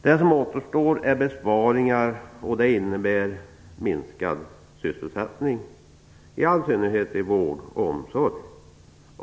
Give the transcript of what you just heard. Det som återstår är besparingar, vilka innebär minskad sysselsättning, i all synnerhet i vård och omsorg.